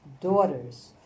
daughters